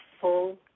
full